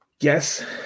Yes